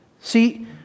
See